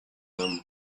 them